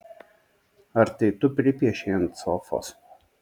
ar tai tu pripiešei ant sofos